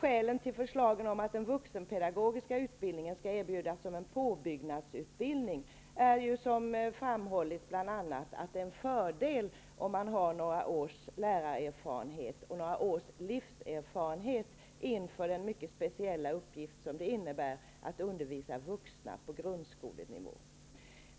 Skälen till förslagen om att den vuxenpedagogiska utbildningen skall erbjudas som en påbyggnadsutbildning är som framhållits bl.a. att det är en fördel om man har några års lärarerfarenhet och några års livserfarenhet inför den mycket speciella uppgift som det innebär att undervisa vuxna på grundskolenivå.